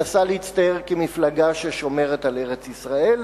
מנסה להצטייר כמפלגה ששומרת על ארץ-ישראל,